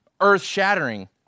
earth-shattering